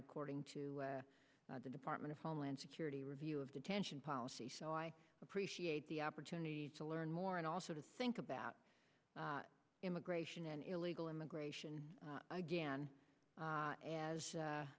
according to the department of homeland security review of detention policy so i appreciate the opportunity to learn more and also to think about immigration and illegal immigration again as as